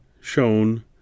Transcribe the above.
shown